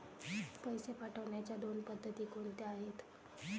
पैसे पाठवण्याच्या दोन पद्धती कोणत्या आहेत?